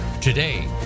Today